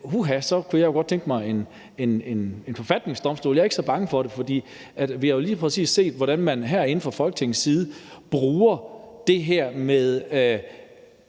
så godt kunne tænke mig en forfatningsdomstol. Jeg er ikke så bange for det, for vi har jo lige præcis set, hvordan man herinde fra Folketingets side bruger det her med,